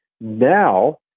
now